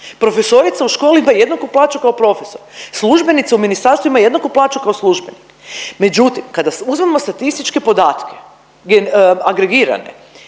profesorica u školi ima jednaku plaću kao profesor, službenica u ministarstvu ima jednaku plaću kao službenik, međutim kada uzmemo statističke podatke agregirane